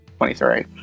23